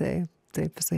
taip taip visoje